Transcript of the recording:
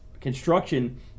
construction